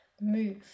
move